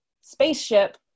spaceship